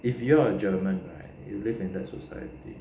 if you're a german you live in that society